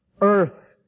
Earth